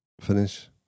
finish